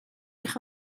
eich